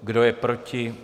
Kdo je proti?